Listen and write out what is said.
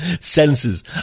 senses